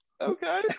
okay